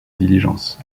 diligence